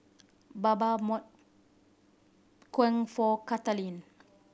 Bama kueh for Kathaleen